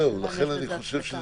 לכן אני חושב שזה מיותר.